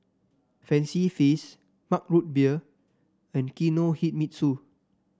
Fancy Feast Mug Root Beer and Kinohimitsu